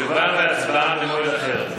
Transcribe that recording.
תשובה והצבעה במועד אחר.